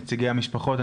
נציגי המשפחות,